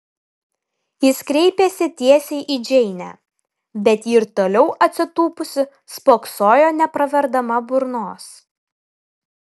jis kreipėsi tiesiai į džeinę bet ji ir toliau atsitūpusi spoksojo nepraverdama burnos